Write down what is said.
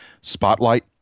Spotlight